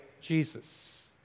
Jesus